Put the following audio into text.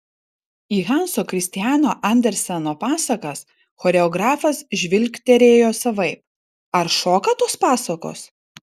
į hanso kristiano anderseno pasakas choreografas žvilgterėjo savaip ar šoka tos pasakos